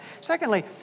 Secondly